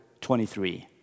23